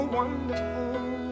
wonderful